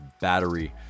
Battery